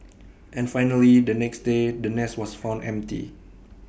and finally the next day the nest was found empty